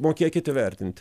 mokėkit įvertint